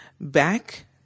back